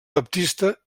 baptista